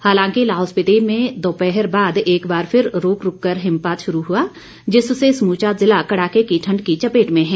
हालांकि लाहौल स्पीति में दोपहर बाद एक बार फिर रूक रूक कर हिमपात शुरू हुआ जिससे समूचा ज़िला कड़ाके की ठण्ड की चपेट में है